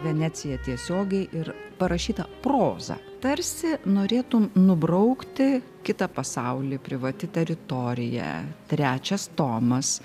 venecija tiesiogiai ir parašyta proza tarsi norėtum nubraukti kitą pasaulį privati teritorija trečias tomas